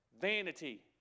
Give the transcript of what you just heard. Vanity